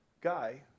guy